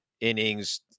innings